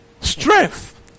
strength